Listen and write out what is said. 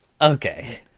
Okay